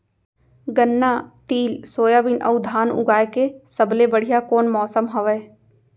गन्ना, तिल, सोयाबीन अऊ धान उगाए के सबले बढ़िया कोन मौसम हवये?